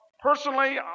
personally